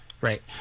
Right